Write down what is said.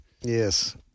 Yes